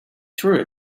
through